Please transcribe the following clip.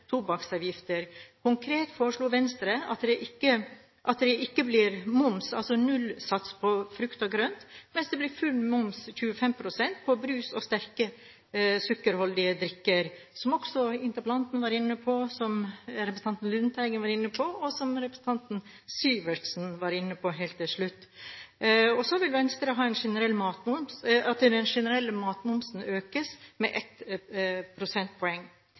at det ikke blir moms, altså nullsats, på frukt og grønt, mens det blir full moms, 25 pst., på brus og sterkt sukkerholdige drikker, som også interpellanten var inne på, som representanten Lundteigen var inne på, og som representanten Syversen var inne på helt til slutt. Så vil Venstre at den generelle matmomsen skal økes med ett prosentpoeng.